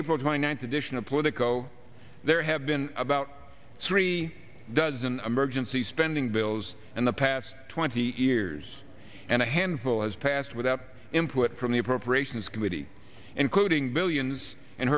april twenty ninth edition of politico there have been about three dozen emergency spending bills and the past twenty years and a handful has passed without input from the appropriations committee including billions